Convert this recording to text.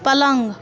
पलंग